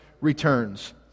returns